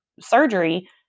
surgery